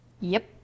Yep